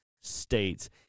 states